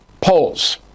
Polls